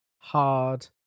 hard